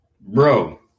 Bro